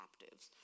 captives